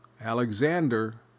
Alexander